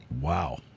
Wow